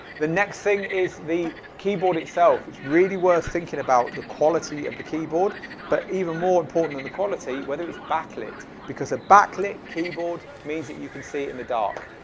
the next thing is the keyboard itself, it's really worth thinking about the quality of the keyboard but even more important than the quality, whether it's back lit because a back lit keyboard means that you can see in the dark.